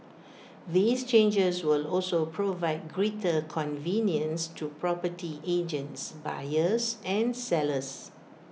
these changes will also provide greater convenience to property agents buyers and sellers